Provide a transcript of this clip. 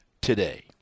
today